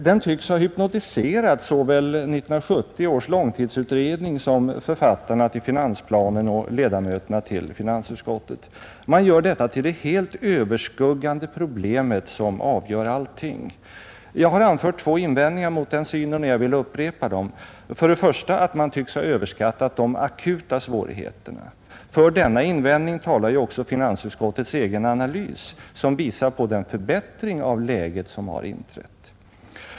Den tycks ha hypnotiserat såväl 1970 års långtidsutredning som författarna till finansplanen och ledamöterna i finansutskottet. Man gör detta till det helt överskuggande problemet som bestämmer allting annat. Jag har anfört två invändningar mot den synen och jag vill upprepa dem: För det första tycks man ha överskattat de akuta svårigheterna. För denna invändning talar också finansutskottets egen analys, som visar på den förbättring av läget som har inträtt.